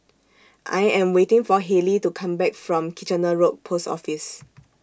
I Am waiting For Halley to Come Back from Kitchener Road Post Office